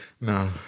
No